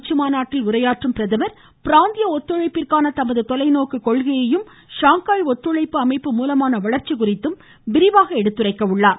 உச்சிமாநாட்டில் உரையாற்ற இந்த உள்ள பிரதமர் பிராந்திய ஒத்துழைப்பிற்கான தமது தொலைநோக்கு கொள்கையையும் ஷாங்காய் ஒத்துழைப்பு அமைப்பு மூலமான வளர்ச்சி குறித்தும் விரிவாக எடுத்துரைக்கிறார்